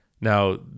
Now